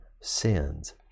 sins